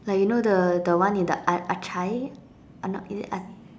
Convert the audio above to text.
like you know the the one in the a~ achai no is it a~